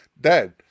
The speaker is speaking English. dad